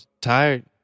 tired